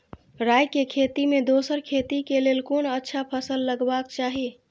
राय के खेती मे दोसर खेती के लेल कोन अच्छा फसल लगवाक चाहिँ?